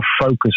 focus